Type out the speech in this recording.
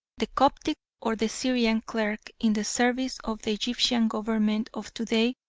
the coptic or the syrian clerk in the service of the egyptian government of to-day,